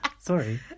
Sorry